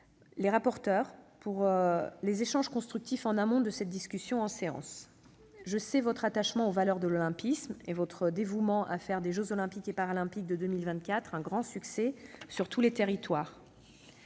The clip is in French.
Claude Kern, pour les échanges constructifs en amont de cette discussion en séance. Je sais votre attachement aux valeurs de l'olympisme et votre dévouement à faire des jeux Olympiques et Paralympiques de 2024 un grand succès sur tous les territoires.